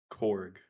Korg